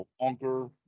longer